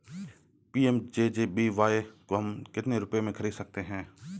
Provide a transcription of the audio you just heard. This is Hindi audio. पी.एम.जे.जे.बी.वाय को हम कितने रुपयों में खरीद सकते हैं?